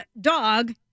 dog